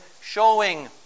showing